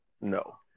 no